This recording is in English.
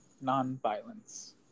non-violence